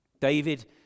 david